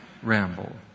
ramble